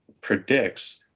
predicts